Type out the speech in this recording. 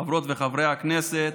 חברות וחברי הכנסת,